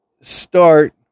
start